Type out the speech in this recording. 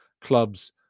clubs